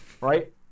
right